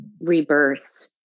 rebirth